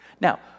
Now